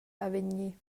avegnir